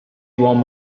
warm